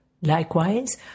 Likewise